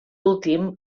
últim